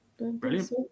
Brilliant